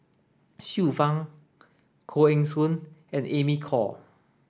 Xiu Fang Koh Eng Hoon and Amy Khor